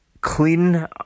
clean